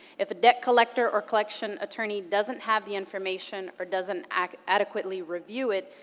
if a debt collector or collection attorney doesn't have the information or doesn't adequately review it,